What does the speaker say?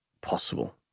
possible